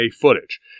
footage